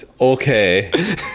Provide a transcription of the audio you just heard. Okay